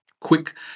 Quick